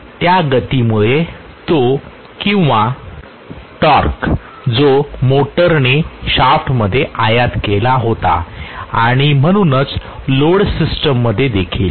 त्या गतीमुळे तो किंवा टॉर्क जो मोटरने शाफ्टमध्ये आयात केला होता आणि म्हणूनच लोड सिस्टममध्ये देखील